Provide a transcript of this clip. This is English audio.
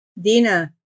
Dina